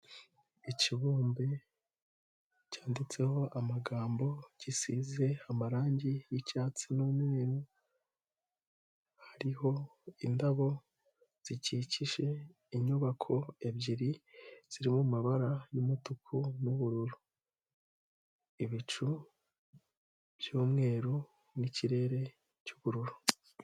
Ikibumbe cyanditseho amagambo gisize amarangi y'icyatsi n'umweru, hariho indabo zikikije inyubako ebyiri ziri mu mabara y'umutuku n'ubururu. Ibicu by'umweru n'ikirere cy'ubururu.